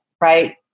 Right